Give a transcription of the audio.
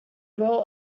role